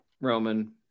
Roman